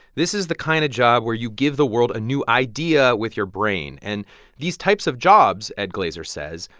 this is the kind of job where you give the world a new idea with your brain. and these types of jobs, ed glaeser says,